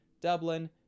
dublin